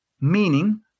meaning